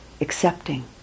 accepting